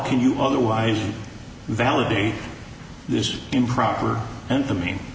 can you otherwise validate this is improper and to me